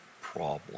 problem